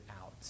out